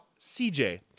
CJ